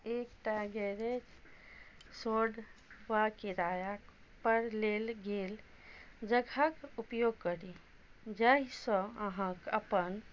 एक टा garage shed वा किरायापर लेल गेल जगहक उपयोग करी जाहिसँ अहाँक अपन